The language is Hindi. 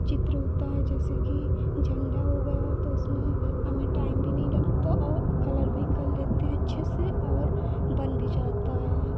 चित्र होता है जैसे कि झंडा हो गया उसमें हमें टाइम भी नहीं लगता औ कलर भी कर लेते हैं अच्छे से और बन भी जाता है